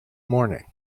morning